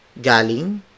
Galing